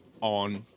on